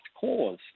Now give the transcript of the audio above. cause